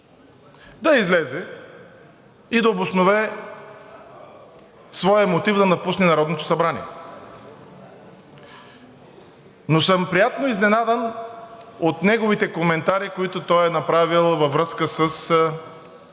да излезе и да обоснове своя мотив да напусне Народното събрание. Но съм приятно изненадан от неговите коментари, които той е направил във връзка с